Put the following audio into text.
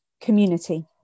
community